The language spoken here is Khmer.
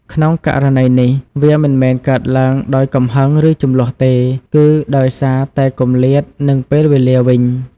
ក្នុងករណីនេះ វាមិនមែនកើតឡើងដោយកំហឹង ឬជម្លោះទេ គឺដោយសារតែគម្លាត និងពេលវេលាវិញ។